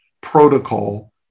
protocol